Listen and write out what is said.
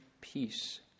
peace